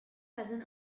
cousin